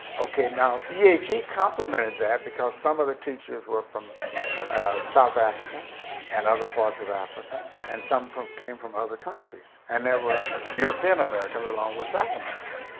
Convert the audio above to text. okay now yeah ehe complemented that because some of the teachers were from south africa and other parts of africa and some came from other countries. and there were european americans along with black and